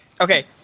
Okay